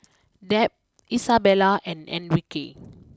Deb Isabella and Enrique